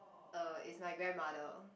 uh is my grandmother